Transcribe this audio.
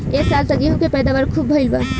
ए साल त गेंहू के पैदावार खूब भइल बा